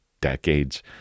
decades